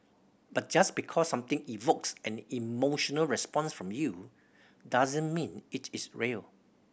but just because something evokes an emotional response from you doesn't mean it is real